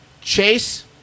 Chase